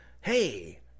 Hey